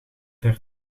ver